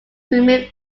removed